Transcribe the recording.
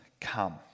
come